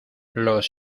los